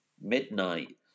Midnight